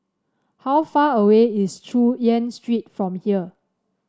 how far away is Chu Yen Street from here